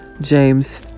James